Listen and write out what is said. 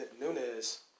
Nunez